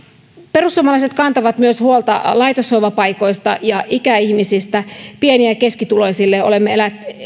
perussuomalaiset kantavat huolta myös laitoshoivapaikoista ja ikäihmisistä pieni ja keskituloisille